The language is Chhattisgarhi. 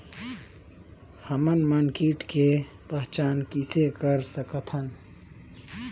हमन मन कीट के पहचान किसे कर सकथन?